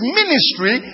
ministry